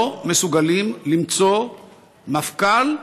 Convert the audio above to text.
לא מסוגלים למצוא מפכ"ל,